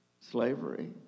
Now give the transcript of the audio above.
slavery